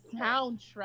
soundtrack